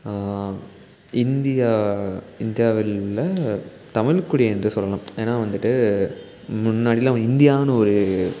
India இந்தியாவில் உள்ள தமிழ்குடி என்று சொல்லலாம் ஏன்னா வந்துட்டு முன்னாடிலாம் இந்தியான்னு ஒரு